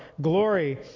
glory